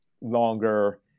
longer